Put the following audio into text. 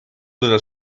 della